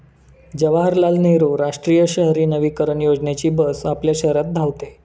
जवाहरलाल नेहरू राष्ट्रीय शहरी नवीकरण योजनेची बस आपल्या शहरात धावते